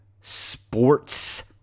sports